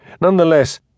Nonetheless